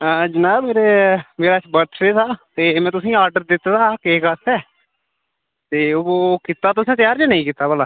जनाब मेरे मेरा अज्ज बर्थ डे हा ते में तुसेईं आर्डर दित्ते हा केक आस्तै ते ओह् कीता तुसें त्यार जां नेईं कीता भलां